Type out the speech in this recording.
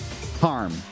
harm